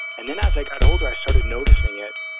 and then as i got older, i started noticing it.